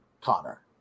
Connor